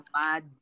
mad